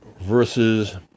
versus